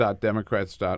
Democrats